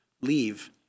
Leave